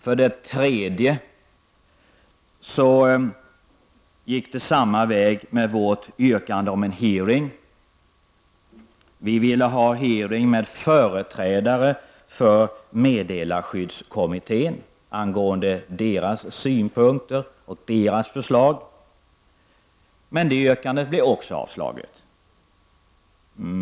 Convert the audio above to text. För det tredje gick det samma väg med vår begäran om en hearing. Vi ville ha en hearing med företrädare för meddelarskyddskommittén angående deras synpunkter och deras förslag. Men den begäran blev också avslagen.